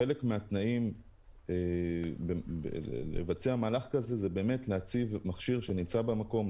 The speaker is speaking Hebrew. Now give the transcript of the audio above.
חלק מהתנאים לבצע מהלך כזה זה להציב מכשיר שנמצא במקום,